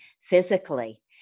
physically